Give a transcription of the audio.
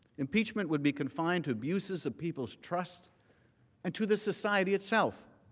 impeachment would be confined to uses of people's trust and to the society itself.